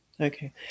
Okay